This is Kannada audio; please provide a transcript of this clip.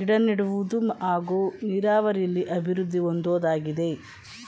ಗಿಡನೆಡುವುದು ಹಾಗೂ ನೀರಾವರಿಲಿ ಅಭಿವೃದ್ದಿ ಹೊಂದೋದಾಗಿದೆ